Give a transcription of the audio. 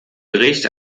bericht